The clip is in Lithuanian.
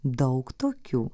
daug tokių